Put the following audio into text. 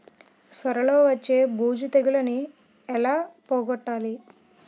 సొర లో వచ్చే బూజు తెగులని ఏల పోగొట్టాలి?